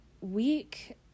week